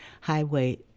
Highway